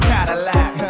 Cadillac